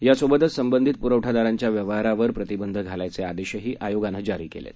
यासोबतच संबंधित पुरवठारादारांच्या व्यवहारावर प्रतिबंध घालायचे आदेशही आयोगानं जारी केले आहेत